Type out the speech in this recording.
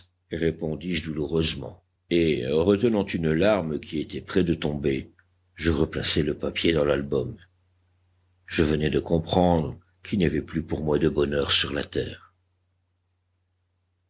répondis-je douloureusement et retenant une larme qui était près de tomber je replaçai le papier dans l'album je venais de comprendre qu'il n'y avait plus pour moi de bonheur sur la terre